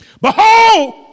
Behold